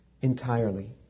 entirely